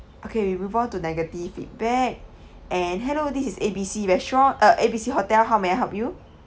okay we move on to negative feedback and hello this is A B C restaurant uh A B C hotel how may I help you